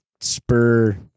spur